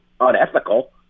unethical